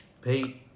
Pete